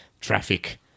traffic